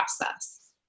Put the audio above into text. process